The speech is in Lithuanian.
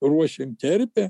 ruošėm terpę